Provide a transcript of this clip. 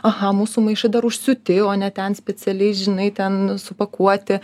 aha mūsų maišai dar užsiūti o ne ten specialiai žinai ten supakuoti